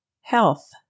Health